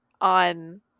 on